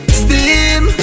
steam